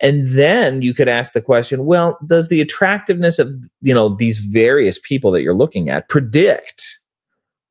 and then you could ask the question, well, does the attractiveness of you know these various people that you're looking at predict